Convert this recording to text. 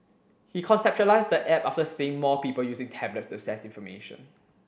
he conceptualised the app after seeing more people using tablets to access information